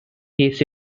his